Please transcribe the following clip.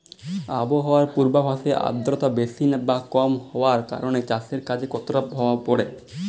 আবহাওয়ার পূর্বাভাসে আর্দ্রতা বেশি বা কম হওয়ার কারণে চাষের কাজে কতটা প্রভাব পড়ে?